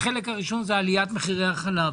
החלק הראשון זה עליית מחירי החלב.